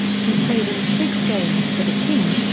he played in six games for the team,